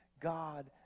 God